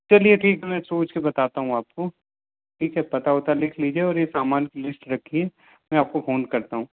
चलिए ठीक है मैं सोंच कर बताता हूँ आपको ठीक है पता वता लिख लीजिए और ये सामान की लिश्ट रखिए मैं आपको फ़ोन करता हूँ